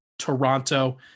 Toronto